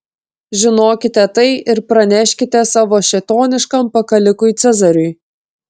žinokite tai ir praneškite savo šėtoniškam pakalikui cezariui